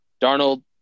Darnold